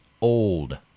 old